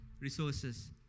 resources